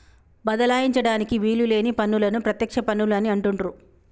బదలాయించడానికి వీలు లేని పన్నులను ప్రత్యక్ష పన్నులు అని అంటుండ్రు